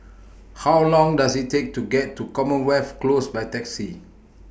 How Long Does IT Take to get to Commonwealth Close By Taxi